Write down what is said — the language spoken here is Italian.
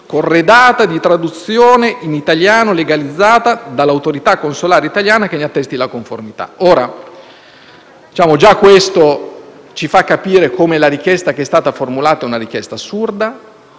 corredata di traduzione in italiano legalizzata dall'Autorità consolare italiana che ne attesti la conformità». Già questo ci fa capire come la richiesta formulata sia assurda;